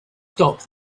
stop